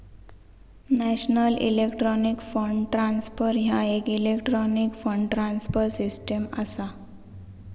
national electronic fund transfer ह्या येक electronic fund transfer system असा